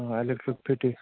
electric fitting